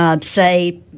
say